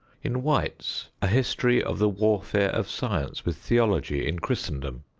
in white's a history of the warfare of science with theology in christendom,